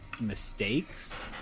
mistakes